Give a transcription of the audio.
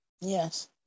Yes